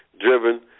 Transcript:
driven